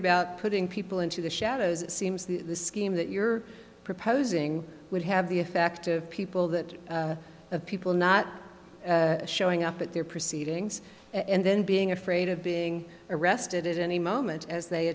about putting people into the shadows it seems the scheme that you're proposing would have the effect of people that of people not showing up at their proceedings and then being afraid of being arrested at any moment as they